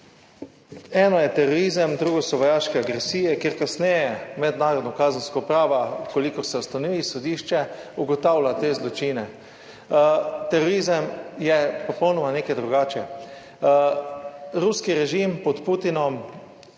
Eno je terorizem, drugo so vojaške agresije, kjer kasneje mednarodno kazensko pravo, v kolikor se ustanovi sodišče, ugotavlja te zločine. Terorizem je popolnoma nekaj drugače. Ruski režim pod Putinom